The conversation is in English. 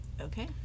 Okay